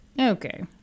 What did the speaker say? Okay